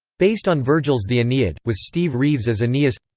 based on virgil's the aeneid. with steve reeves as aeneas